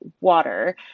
water